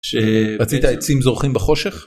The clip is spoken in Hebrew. שרצית עצים זורחים בחושך.